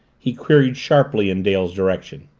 he queried sharply in dale's direction.